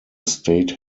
state